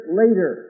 later